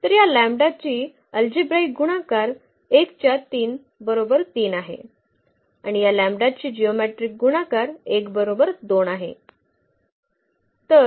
तर या लॅम्बडाची अल्जेब्राईक गुणाकार 1 च्या 3 बरोबर 3 आहे आणि या लॅम्बडाची जिओमेट्रीक गुणाकार 1 बरोबर 2 आहे